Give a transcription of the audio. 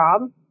job